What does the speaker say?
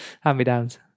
Hand-me-downs